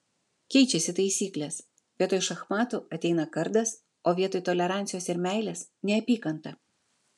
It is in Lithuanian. keičiasi taisyklės vietoj šachmatų ateina kardas o vietoj tolerancijos ir meilės neapykanta